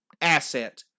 asset